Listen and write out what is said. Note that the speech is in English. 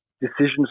decisions